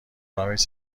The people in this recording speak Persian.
ارامش